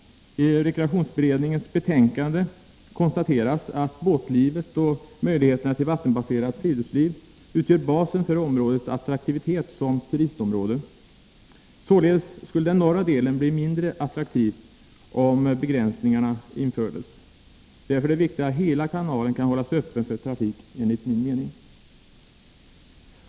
I rekreationsberedningens betänkande konstateras att båtlivet och möjligheterna till vattenbaserat friluftsliv utgör basen för områdets attraktivitet som turistområde. Således skulle den norra delen bli mindre attraktiv om begränsningarna införs. Därför är det enligt min mening viktigt att hela kanalen kan hållas öppen för trafik.